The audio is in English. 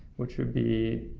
which would be